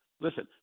Listen